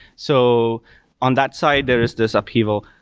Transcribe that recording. so on that side, there is this upheaval.